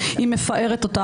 היא מפארת אותה.